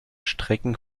strecken